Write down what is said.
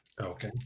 okay